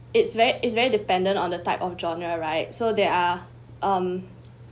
it's very it's very dependent on the type of genre right so there are um